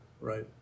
right